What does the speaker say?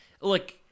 Look